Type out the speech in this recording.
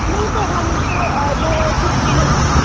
نہیں تو ہم تو جو ہے کچھ دِنوں